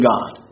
God